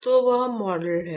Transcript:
तो वह मॉडल है